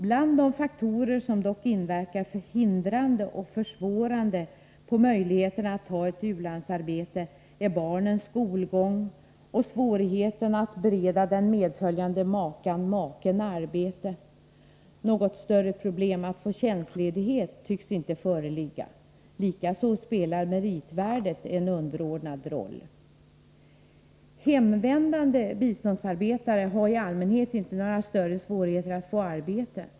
Bland de faktorer som dock inverkar hindrande och försvårande på möjligheterna att ta ett utlandsarbete är barnens skolgång och svårigheten att bereda den medföljande makan/maken arbete. Några större problem att få tjänstledighet tycks inte föreligga. Likaså spelar meritvärdet en underordnad roll. Hemvändande biståndsarbetare har i allmänhet inte några större svårigheter att få arbete.